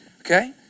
Okay